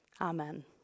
Amen